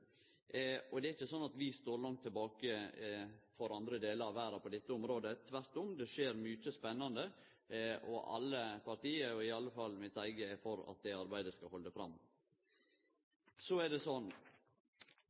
Det er ikkje sånn at vi står langt tilbake for andre delar av verda på dette området – tvert om. Det skjer mykje spennande i alle parti, i alle fall i mitt eige, for at det arbeidet skal halde fram.